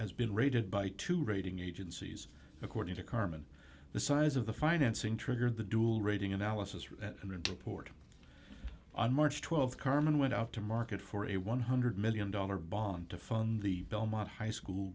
has been rated by two rating agencies according to carmen the size of the financing triggered the dual rating analysis and port on march th carmen went out to market for a one hundred million dollars bond to fund the belmont high school